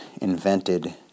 invented